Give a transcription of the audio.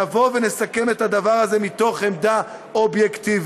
נבוא ונסכם את הדבר הזה מתוך עמדה אובייקטיבית.